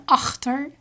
achter